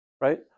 Right